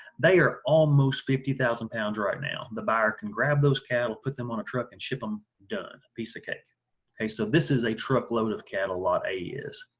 they are almost fifty thousand pounds right now the buyer can grab those cattle put them on a truck and ship them done, piece of cake. so this is a truckload of cattle lot a is.